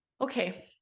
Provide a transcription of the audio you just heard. Okay